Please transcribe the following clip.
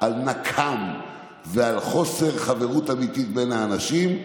על נקם ועל חוסר חברות אמיתית בין אנשים,